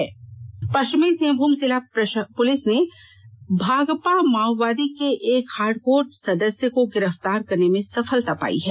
नक्सली गिरफ्तार पश्चिमी सिंहभूम जिला पुलिस ने भाकपा माओवादी के एक हार्डकोर सदस्य को गिरफ्तार करने में सफलता पाई है